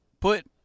put